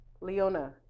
Leona